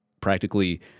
practically